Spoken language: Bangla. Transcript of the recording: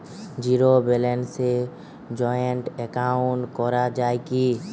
জীরো ব্যালেন্সে জয়েন্ট একাউন্ট করা য়ায় কি?